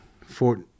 Fort